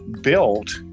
built